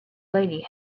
lady